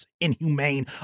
inhumane